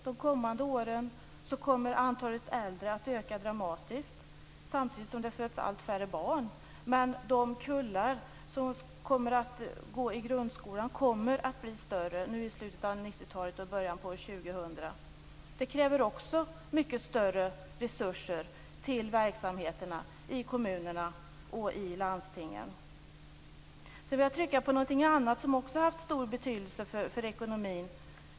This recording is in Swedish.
De kommande åren kommer antalet äldre att öka dramatiskt. Samtidigt föds det allt färre barn. Men de kullar som går i grundskolan kommer att bli större nu i slutet av 90-talet och i början av år 2000. Det kräver också mycket större resurser till verksamheterna i kommunerna och landstingen. Jag vill också trycka på något annat som har haft stor betydelse för ekonomin.